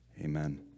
Amen